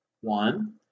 One